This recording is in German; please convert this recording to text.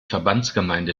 verbandsgemeinde